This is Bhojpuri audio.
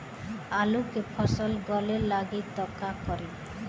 आलू के फ़सल गले लागी त का करी?